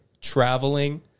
traveling